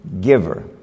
giver